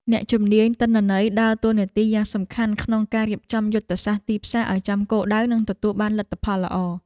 អ្នកជំនាញទិន្នន័យដើរតួនាទីយ៉ាងសំខាន់ក្នុងការរៀបចំយុទ្ធសាស្ត្រទីផ្សារឱ្យចំគោលដៅ និងទទួលបានលទ្ធផលល្អ។